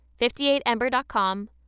58Ember.com